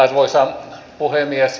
arvoisa puhemies